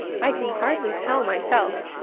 i can hardly tell myself.